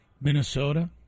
Minnesota